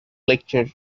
lecture